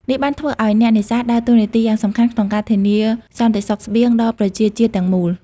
នេះបានធ្វើឲ្យអ្នកនេសាទដើរតួនាទីយ៉ាងសំខាន់ក្នុងការធានាសន្តិសុខស្បៀងដល់ប្រទេសជាតិទាំងមូល។